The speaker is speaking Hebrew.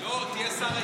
לא, תהיה שר הייעול.